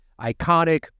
iconic